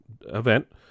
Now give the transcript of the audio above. event